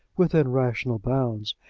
within rational bounds,